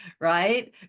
right